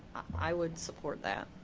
i would support that.